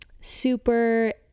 super